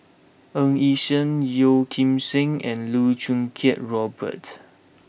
Ng Yi Sheng Yeo Kim Seng and Loh Choo Kiat Robert